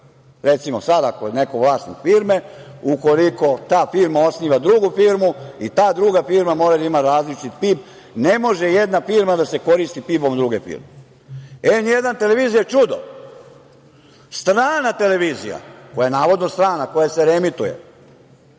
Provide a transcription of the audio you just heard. Recimo, sada ako je neko vlasnik firme, ukoliko ta firma osniva drugu firmu i ta druga firma mora da ima različiti PIB. Ne može jedna firma da se koristi PIB-om druge firme. Televizija N1 je čudo. Strana televizija koja je navodno strana, koja se reemituje,